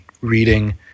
reading